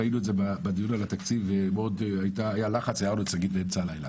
ראינו את זה בדיון על התקציב ומאוד היה לחץ --- באמצע הלילה.